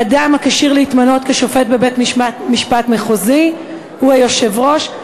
אדם הכשיר להתמנות לשופט בבית-משפט מחוזי הוא היושב-ראש,